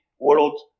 world